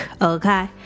okay